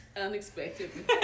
Unexpectedly